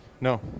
no